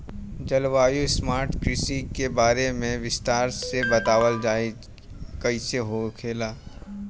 जलवायु स्मार्ट कृषि के बारे में विस्तार से बतावल जाकि कइसे होला?